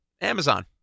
Amazon